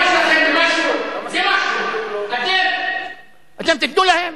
אתם תיתנו להם?